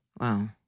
Wow